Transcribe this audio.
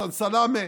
חסן סלאמה,